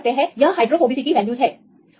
तो आप देख सकते हैं यह हाइड्रोफोबिसिटी वैल्यूज है